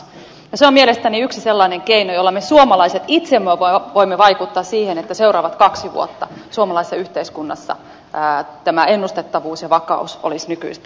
se on mielestäni yksi sellainen keino jolla me suomalaiset itse voimme vaikuttaa siihen että seuraavat kaksi vuotta suomalaisessa yhteiskunnassa tämä ennustettavuus ja vakaus olisivat nykyistä vahvempia